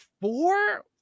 four